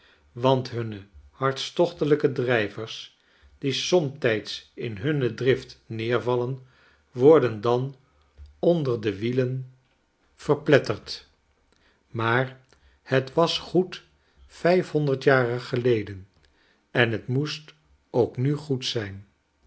want hunne hartstochtelijke drijvers die somtijds in hunne drift nedervallen worden dan onder de wielen naak rome door pisa en sjfina verpletterd maar het was goed vijfhonderd jaren geleden en het moet ook nu goed zijn